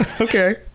okay